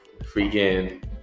freaking